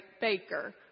baker